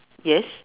yes